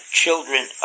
children